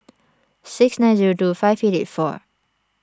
six nine zero two five eight eight four